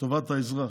לטובת האזרח.